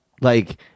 Like-